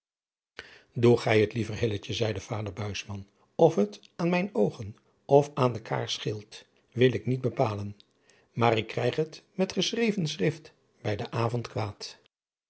doe gij het liever hilletje zeide vader buisman of het aan mijn oogen of aan de kaars scheelt wil ik niet bepalen maar ik krijg het met geschreven schrift bij den avond kwaad